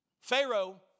Pharaoh